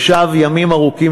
ישב ימים ארוכים,